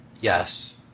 Yes